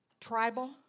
tribal